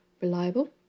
reliable